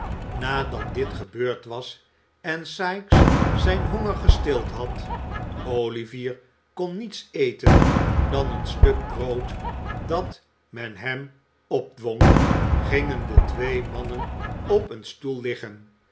nadat dit gebeurd was en sikes zijn honger gestild had olivier kon niets eten dan een stuk brood dat men hem opdwong gingen de twee mannen op een stoel